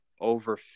over